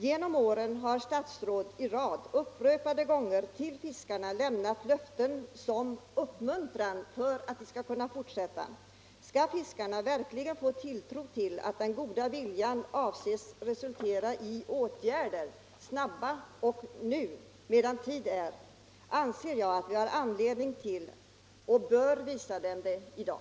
Genom åren har statsråd i rad upprepade gånger till fiskarna lämnat löften som uppmuntran att fortsätta. Skall fiskarna verkligen få tro till att den goda viljan avses resultera i åtgärder, snabba åtgärder medan tid är, anser jag att vi bör visa dem det i dag.